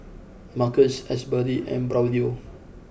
Marcus Asberry and Braulio